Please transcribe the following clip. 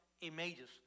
images